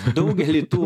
daugeliui tų